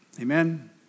Amen